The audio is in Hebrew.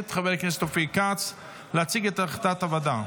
חבר הכנסת אופיר כץ להציג את החלטת הוועדה.